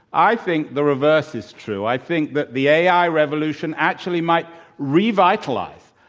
i think the reverse is true. i think that the ai revolution actually might re-vitalize.